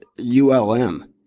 ULM